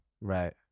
right